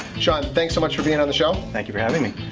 shawn, thanks so much for being on the show. thank you for having me.